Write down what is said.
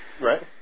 Right